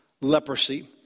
leprosy